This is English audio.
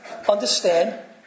Understand